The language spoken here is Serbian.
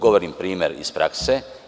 Govorim primer iz prakse.